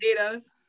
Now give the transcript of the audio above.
potatoes